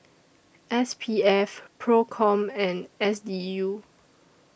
S P F PROCOM and S D U